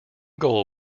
goal